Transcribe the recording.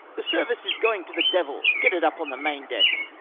the service is going to the devil! get it up on the main-deck.